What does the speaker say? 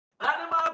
Animal